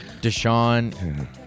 Deshaun